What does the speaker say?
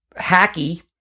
hacky